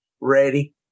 ready